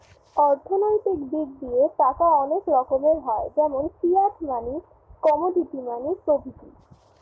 অর্থনৈতিক দিক দিয়ে টাকা অনেক রকমের হয় যেমন ফিয়াট মানি, কমোডিটি মানি ইত্যাদি